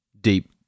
deep